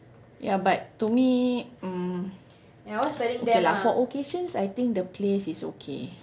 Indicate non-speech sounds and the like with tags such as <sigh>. ya but to me mm <noise> okay lah for occasions I think the place is okay